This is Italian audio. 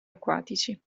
acquatici